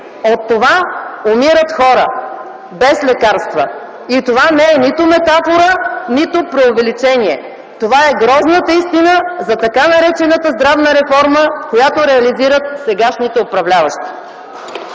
От това умират хора без лекарства. И това не е нито метафора, нито преувеличение. Това е грозната истина за т. нар. здравна реформа, която реализират сегашните управляващи.